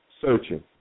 searching